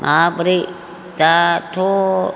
माब्रै दाथ'